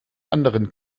anderen